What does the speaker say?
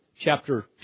chapter